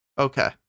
Okay